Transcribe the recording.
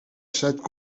set